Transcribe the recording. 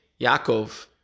Yaakov